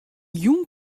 jûn